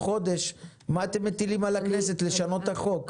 חודש אתם מטילים על הכנסת לשנות את החוק?